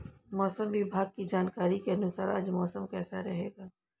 मौसम विभाग की जानकारी के अनुसार आज मौसम कैसा रहेगा?